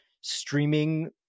streaming